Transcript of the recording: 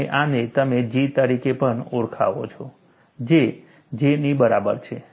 અને આને તમે G તરીકે પણ ઓળખાવો છો જે J ની બરાબર છે